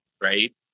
right